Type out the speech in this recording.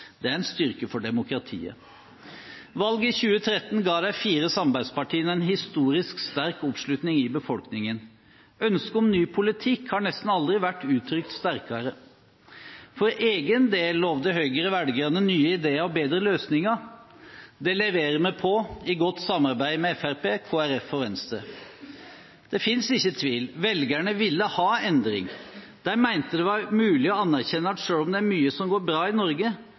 Det er en styrke for demokratiet. Valget i 2013 ga de fire samarbeidspartiene en historisk sterk oppslutning i befolkningen. Ønsket om ny politikk har nesten aldri vært uttrykt sterkere. For egen del lovet Høyre velgerne nye ideer og bedre løsninger. Det leverer vi på – i godt samarbeid med Fremskrittspartiet, Kristelig Folkeparti og Venstre. Det finnes ikke tvil: Velgerne ville ha endring. De mente at det var mulig å anerkjenne at selv om det er mye som går bra i Norge,